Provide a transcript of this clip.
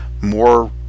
more